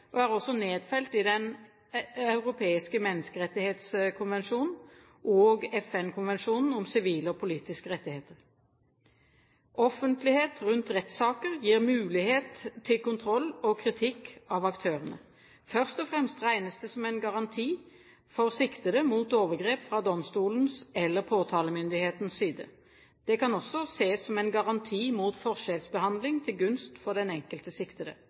og er også nedfelt i Den europeiske menneskerettskonvensjon og i FN-konvensjonen om sivile og politiske rettigheter. Offentlighet rundt rettssaker gir mulighet til kontroll og kritikk av aktørene. Først og fremst regnes det som en garanti for siktede mot overgrep fra domstolens eller påtalemyndighetenes side. Det kan også ses som en garanti mot forskjellsbehandling til gunst for den enkelte siktede.